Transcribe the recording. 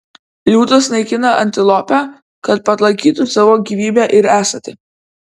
liūtas naikina antilopę kad palaikytų savo gyvybę ir esatį